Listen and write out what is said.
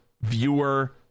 viewer